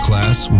Class